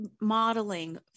modeling